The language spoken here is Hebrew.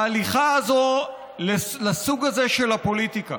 ההליכה הזאת לסוג הזה של הפוליטיקה,